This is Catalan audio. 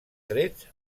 trets